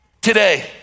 today